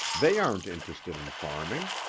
they aren't interested in farming.